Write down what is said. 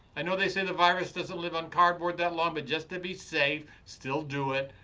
i know they say the virus doesn't live on cardboard that long, but just to be safe, still do it.